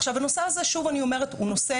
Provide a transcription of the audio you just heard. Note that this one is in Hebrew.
הנושא הזה הוא מורכב.